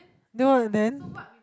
that one then